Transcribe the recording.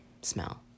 smell